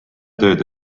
tööd